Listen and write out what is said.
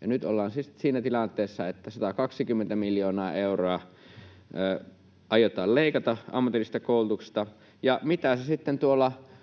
Nyt ollaan siis siinä tilanteessa, että 120 miljoonaa euroa aiotaan leikata ammatillisesta koulutuksesta. Mitä se sitten tuolla